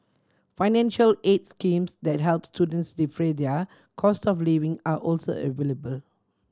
financial aids schemes that help students defray their costs of living are also available